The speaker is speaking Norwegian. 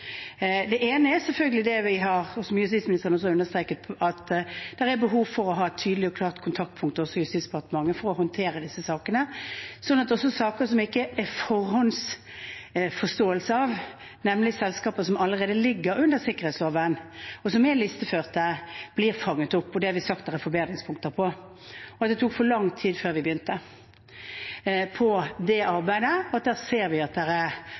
Det ene er selvfølgelig – som justisministeren også har understreket – at det er behov for å ha et tydelig og klart kontaktpunkt også i Justisdepartementet for å håndtere disse sakene, slik at saker som det ikke er en forhåndsforståelse av, nemlig selskaper som allerede ligger under sikkerhetsloven, og som er listeført, blir fanget opp. Det har vi sagt at vi har forbedringspunkter på. Det tok for lang tid før vi begynte på det arbeidet, og der ser vi at det er